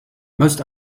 most